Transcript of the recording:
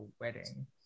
wedding